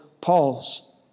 Paul's